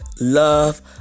love